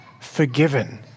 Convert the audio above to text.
forgiven